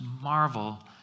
marvel